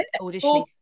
auditioning